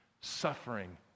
suffering